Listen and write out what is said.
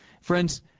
Friends